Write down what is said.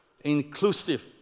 inclusive